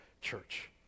church